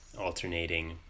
alternating